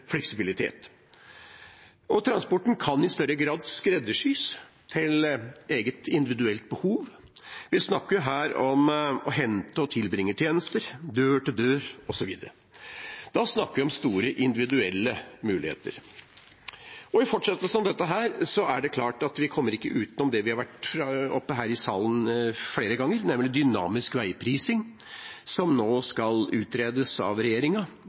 fleksibilitet. Transporten kan i større grad skreddersys til eget, individuelt behov. Vi snakker her om hente- og tilbringertjenester, dør-til-dør-tjenester, osv. Da snakker vi om store individuelle muligheter. I fortsettelsen av dette er det klart at vi kommer ikke utenom det som vi har vært innom her i salen flere ganger, nemlig dynamisk veiprising, som nå skal utredes av regjeringa,